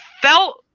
felt